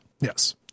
Yes